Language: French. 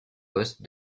poste